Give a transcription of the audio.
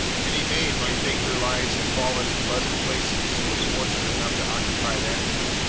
any maid might think her lines had fallen in pleasant places who was fortunate enough to occupy that room.